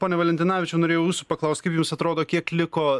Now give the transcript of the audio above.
pone valentinavičiau norėjau jūsų paklaust kaip jums atrodo kiek liko